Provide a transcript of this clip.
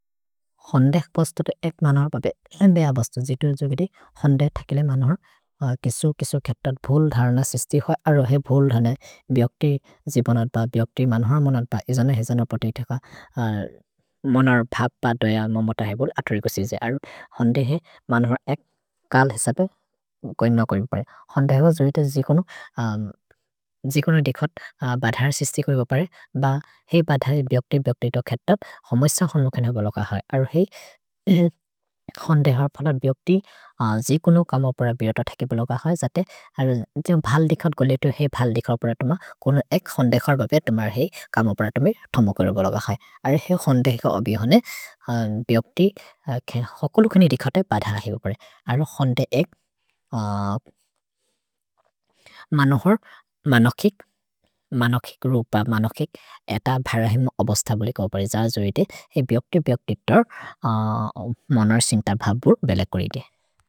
होन्दे, पोस्तो ते एक् मनोर् प्रए, न्देय पोस्तो, जितु जुबिदि, होन्दे तकिले मनोर्, किसु, किसु क्जत्तर्। भ्होल् धर् न सिस्ति खोइ, अलो हे भोल् धर् ने, बियक्ति जिपनर् प, बियक्ति मनोर्, मनोर् प, इजन हेजन पोति तिक। मनोर्, भ प दोय, मोमोत हे बोल्, अत्रि कुसिजि। होन्दे हे, मनोर्, एक् काल् हे सपे, कोइ न कोइ प्रए। होन्दे हो जुबिते जिकोनो। जिकोनो दिखोत्, बधर् सिस्ति कोइ प्रए, ब हे बधर् हे बियक्ति, बियक्ति दो केतप्, होमो स होनो केने बोल्, अलो हे। होन्दे हर् प द बियक्ति, जिकोनो कमो प्रए, बियत तकिले बोल्, जते, अलो हे भाल् दिखोत् गोले तो हे भाल् दिखोत् प्रए तो म। कोनो एक् होन्दे खर् गोले तो म, हे कमो प्रए तो म गोले बोल्, अलो हे होन्दे क ओबि होने, बियक्ति। होकोलुक्ने दिखोत्, बधर् हे बोल्, अलो होन्दे एक् मनोर्, मनोकिक्, मनोकिक्, होकोलुक्ने दिखोत्, बधर् हे बोल्, अलो हे, बियक्ति, बियक्ति दो, मनोर्, सिन्तभ बोल्।